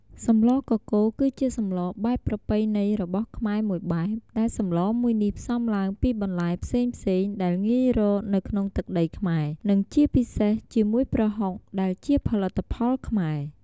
សម្លកកូរ គឺជាសម្លបែបប្រពៃណីរបស់ខ្មែរមួយបែប ដែលសម្លមួយនេះផ្សំឡើងពីបន្លែផ្សេងៗដែលងាយរកនៅក្នុងទឹកដីខ្មែរ និងជាពិសេសជាមួយប្រហុកដែលជាផលិតផលខ្មែរ។